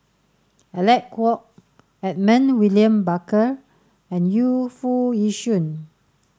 Alec Kuok Edmund William Barker and Yu Foo Yee Shoon